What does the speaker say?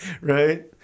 right